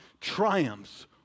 triumphs